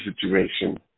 situation